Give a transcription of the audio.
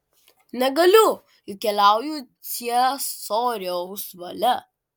negaliu juk keliauju ciesoriaus valia